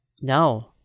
No